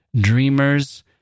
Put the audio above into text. Dreamers